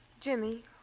Jimmy